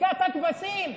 שתיקת הכבשים.